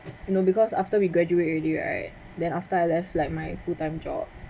you know because after we graduate already right then after I left like my full time job